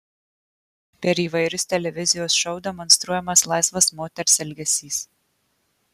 per įvairius televizijos šou demonstruojamas laisvas moters elgesys